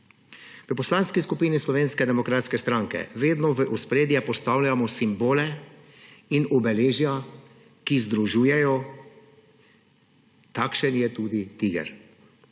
Poslanski skupini Slovenske demokratske stranke vedno v ospredje postavljamo simbole in obeležja, ki združujejo, takšen je tudi TIGR.